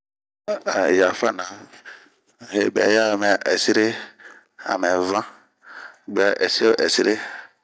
Yafana ,he mɛ ɛsi bɛ amɛ ɛsire, amɛ vanh ,gue a ɛsi o ɛsire.